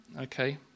Okay